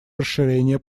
расширение